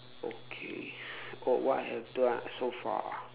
okay oh what I have done so far